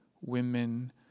women